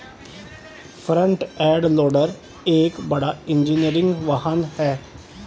front end loader एक बड़ा engineering वाहन है